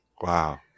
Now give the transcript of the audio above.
Wow